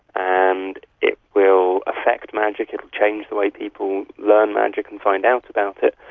and it will affect magic, it will change the way people learn magic and find out about it,